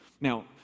Now